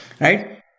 Right